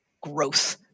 growth